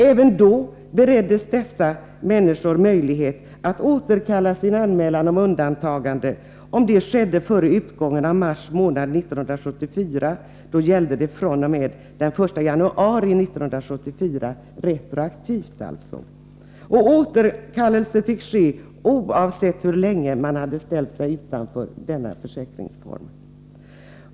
Även då bereddes dessa människor möjlighet att återkalla sin anmälan om undantagande, om det skedde före utgången av mars 1974 — då skulle återkallandet gälla från den 1 januari 1974, alltså retroaktivt. Återkallelse fick ske oavsett hur länge man hade ställt sig utanför denna försäkringsform.